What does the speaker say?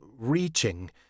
reaching